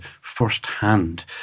firsthand